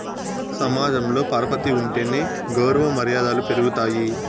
సమాజంలో పరపతి ఉంటేనే గౌరవ మర్యాదలు పెరుగుతాయి